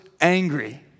angry